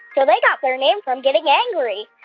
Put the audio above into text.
so they got their name from getting angry.